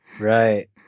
right